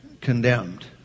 condemned